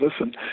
listen